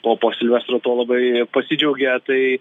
po po silvestro tuo labai pasidžiaugė tai